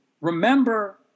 remember